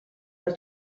per